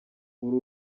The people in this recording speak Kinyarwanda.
uri